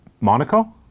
Monaco